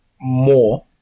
more